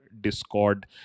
Discord